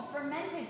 fermented